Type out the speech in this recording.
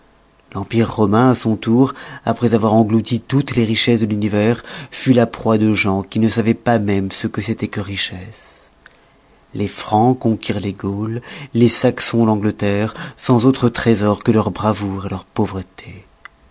l'empire romain à son tour après avoir englouti toutes les richesses de l'univers fut la proie des gens qui ne savoient pas même ce que c'étoit que richesse les francs conquirent les gaules les saxons l'angleterre sans autres trésors que leur bravoure leur pauvreté